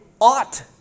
ought